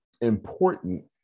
important